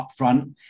upfront